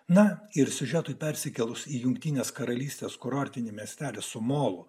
na ir siužetui persikėlus į jungtinės karalystės kurortinį miestelį su molu